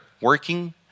working